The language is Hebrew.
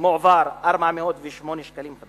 מועברים 408 ש"ח,